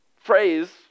phrase